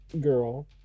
girl